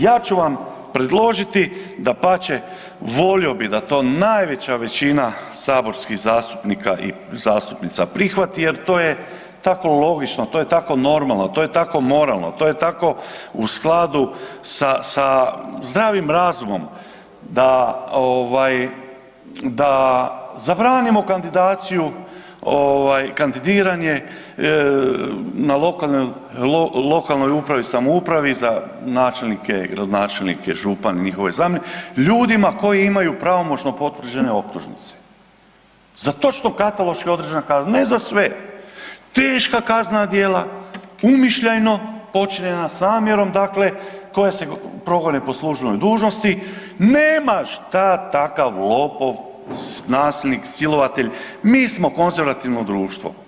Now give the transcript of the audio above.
Ja ću vam predložiti, dapače, volio bih da to najveća većina saborskih zastupnika i zastupnica prihvati jer to je tako logično, to je tako normalno, to je tako moralno, to je tako u skladu sa zdravim razumom, da zabranimo kandidaciju, kandidiranje na lokalnoj upravi i samoupravi za načelnike, gradonačelnike, župane, njihove zamjenike, ljudima koji imaju pravomoćno potvrđene optužnice, za točno kataloški određene kaznena .../nerazumljivo/... ne za sve, teška kaznena djela, umišljajno počinjena, s namjerom dakle, koja se progone po služnoj dužnosti, nema šta takav lopov, nasilnik, silovatelj, mi smo konzervativno društvo.